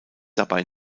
dabei